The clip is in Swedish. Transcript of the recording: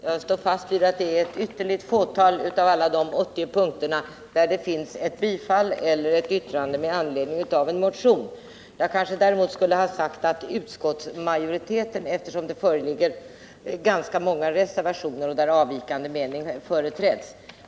Herr talman! Jag står fast vid att det är på ett ytterligt litet fåtal av alla de 80 punkterna i betänkandet som utskottet tillstyrker eller uttalar sig med anledning av en motion. Jag skulle kanske dock ha använt ordet ”utskottsmajoriteten” i stället, eftersom det föreligger ganska många reservationer, där avvikande meningar redovisas.